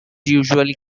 usually